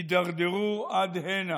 הידרדרו עד הנה.